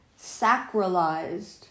sacralized